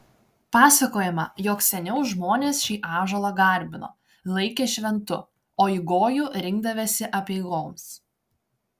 pasakojama jog seniau žmonės šį ąžuolą garbino laikė šventu o į gojų rinkdavęsi apeigoms